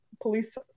police